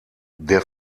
der